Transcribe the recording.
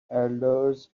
elders